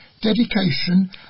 dedication